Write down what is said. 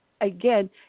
Again